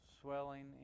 swelling